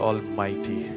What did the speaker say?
Almighty